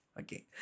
Okay